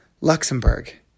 Luxembourg